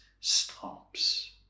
stops